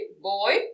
boy